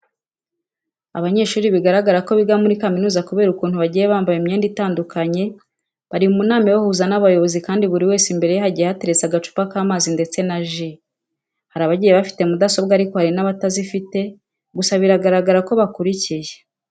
Abanyeshuri bigaragara ko biga muri kaminuza kubera ukuntu bagiye bambaye imyenda itandukanye, bari mu nama ibahuza n'abayobozi kandi buri wese imbere ye hagiye hateretse agacupa k'amazi ndetse na ji. Hari abagiye bafite mudasobwa ariko harimo n'abatazifite, gusa biragaragara ko bakurikiye.